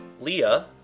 Leah